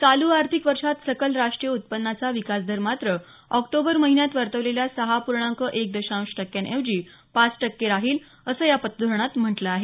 चालू आर्थिक वर्षात सकल राष्ट्रीय उत्पन्नाचा विकास दर मात्र ऑक्टोबर महिन्यात वर्तवलेल्या सहा पूर्णांक एक दशांश टक्क्यांऐवजी पाच टक्के राहील असं या पतधोरणात म्हटलं आहे